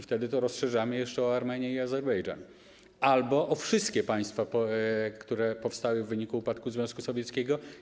Wtedy rozszerzamy to jeszcze o Armenię i Azerbejdżan albo o wszystkie państwa, które powstały w wyniku upadku Związku Sowieckiego.